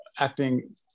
acting